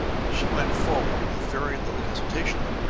she went forward with very little hesitation.